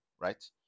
right